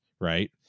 right